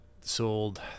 sold